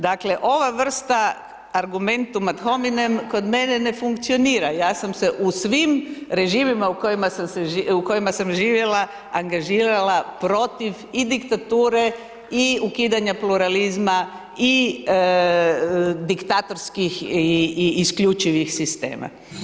Dakle ova vrsta argumentum ad hominem kod mene ne funkcionira, ja sam se u svim režimima u kojima sam živjela angažirala protiv i diktature i ukidanja pluralizma i diktatorskih i isključivih sistema.